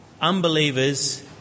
unbelievers